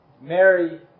Mary